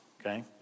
okay